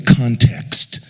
context